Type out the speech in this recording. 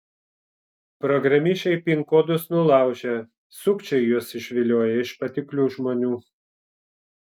programišiai pin kodus nulaužia sukčiai juos išvilioja iš patiklių žmonių